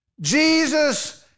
Jesus